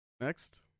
Next